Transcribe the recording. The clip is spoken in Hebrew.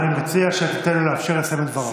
אז אני מציע שתיתן לו ותאפשר לו לסיים את דבריו.